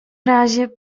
razie